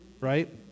right